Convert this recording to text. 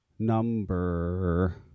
Number